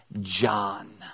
John